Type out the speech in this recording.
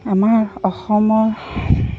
আমাৰ অসমৰ